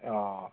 অঁ